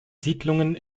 siedlungen